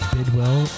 Bidwell